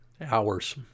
hours